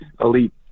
elite